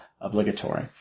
obligatory